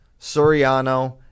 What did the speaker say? Soriano